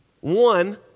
one